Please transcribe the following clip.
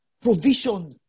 provision